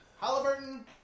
Halliburton